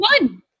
one